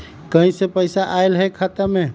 कहीं से पैसा आएल हैं खाता में?